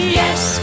yes